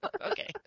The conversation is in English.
okay